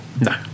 No